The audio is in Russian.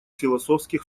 философских